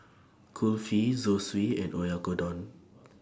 Kulfi Zosui and Oyakodon